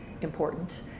important